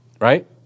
right